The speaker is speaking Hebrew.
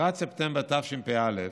לקראת ספטמבר תשפ"א,